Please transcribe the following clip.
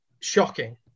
shocking